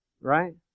right